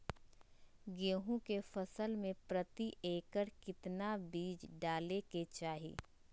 गेहूं के फसल में प्रति एकड़ कितना बीज डाले के चाहि?